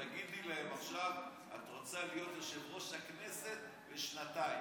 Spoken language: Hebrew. תגידי להם עכשיו שאת רוצה להיות יושבת-ראש הכנסת לשנתיים,